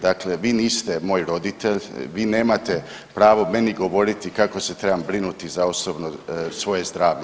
Dakle, vi niste moj roditelj, vi nemate pravo meni govoriti kako se trebam brinuti za osobno svoje zdravlje.